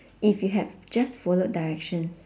if you had just followed directions